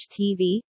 tv